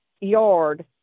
yard